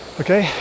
okay